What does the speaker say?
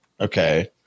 Okay